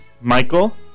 Michael